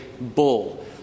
bull